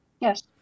Yes